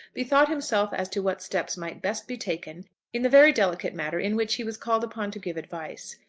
bethought himself as to what steps might best be taken in the very delicate matter in which he was called upon to give advice.